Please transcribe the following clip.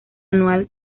anual